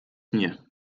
mnie